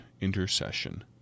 intercession